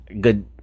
good